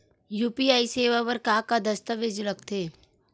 UPI सेवा बर का का दस्तावेज लगथे?